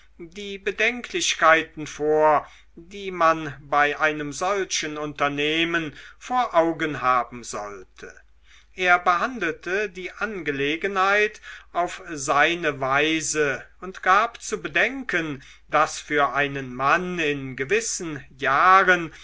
die bedenklichkeiten vor die man bei einem solchen unternehmen vor augen haben sollte er behandelte die angelegenheit auf seine weise und gab zu bedenken daß für einen mann in gewissen jahren